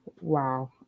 Wow